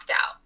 out